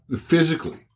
physically